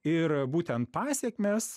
ir būtent pasekmės